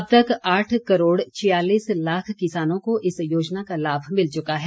अब तक आठ करोड छियालीस लाख किसानों को इस योजना का लाभ मिल चुका है